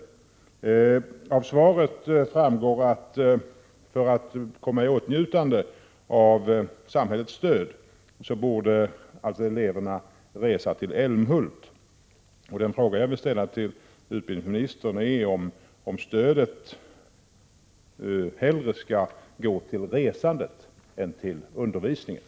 22 maj 1987 Av svaret framgår att för att komma i åtnjutande av samhällets stöd borde = Om åtgärder mot nar eleverna resa till Älmhult. Den fråga jag vill ställa till utbildningsministern är : ä 5 å RT Kl kotikahandeln i stadsom stödet hellre skall gå till resandet än till undervisningen.